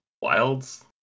Wilds